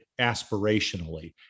aspirationally